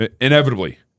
inevitably